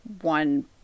one